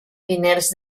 diners